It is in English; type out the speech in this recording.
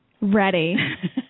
Ready